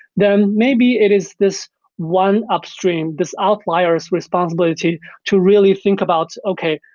then maybe it is this one upstream, this outlier s responsibility to really think about, okay,